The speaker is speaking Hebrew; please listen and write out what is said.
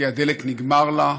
כי הדלק נגמר לה,